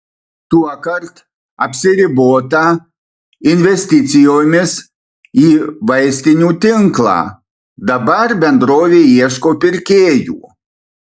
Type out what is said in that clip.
tuokart apsiribota investicijomis į vaistinių tinklą dabar bendrovė ieško pirkėjų